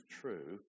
true